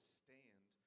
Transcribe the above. stand